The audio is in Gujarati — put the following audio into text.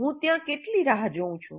હું ત્યાં કેટલી રાહ જોઉં છું